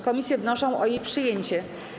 Komisje wnoszą o jej przyjęcie.